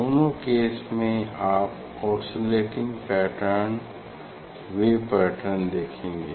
दोनों केस में आप ओसिलेटिंग पैटर्न वेव पैटर्न देखेंगे